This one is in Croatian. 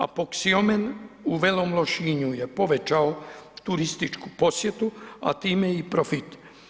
Apoksiomen u Velom Lošinju je povećao turističku posjetu, a time i profit.